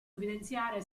evidenziare